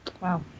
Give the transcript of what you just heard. Wow